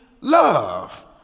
love